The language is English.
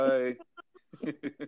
Bye